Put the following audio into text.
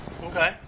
Okay